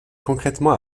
concrètement